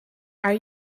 are